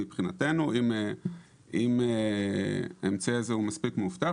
מבחינתנו אם האמצעי הזה הוא מספיק מאובטח